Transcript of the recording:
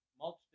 Mulch